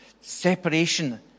separation